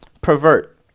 pervert